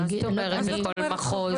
מה זאת אומרת בכל מחוז?